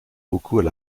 beaucoup